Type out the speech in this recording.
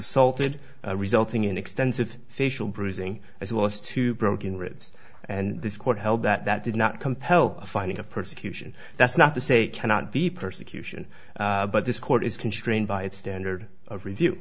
assaulted resulting in extensive facial bruising as well as two broken ribs and this court held that that did not compel a finding of persecution that's not to say cannot be persecution but this court is constrained by its standard of review